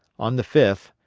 on the fifth,